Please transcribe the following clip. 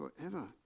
forever